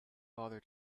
bother